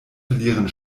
verlieren